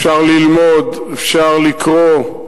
אפשר ללמוד, אפשר לקרוא,